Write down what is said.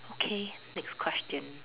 okay next question